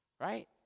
right